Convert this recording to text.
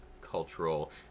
cultural